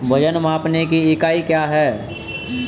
वजन मापने की इकाई क्या है?